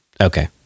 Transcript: Okay